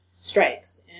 strikes